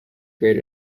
great